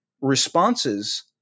responses